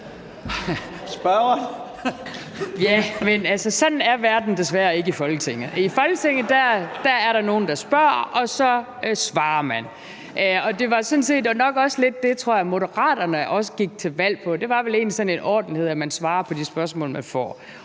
sådan er verden desværre ikke i Folketinget. I Folketinget er der nogen, der spørger, og så svarer man. Det var sådan set nok også lidt det, tror jeg, Moderaterne gik til valg på. Det var vel egentlig sådan en ordentlighed, i forhold til at man svarer på de spørgsmål, man får.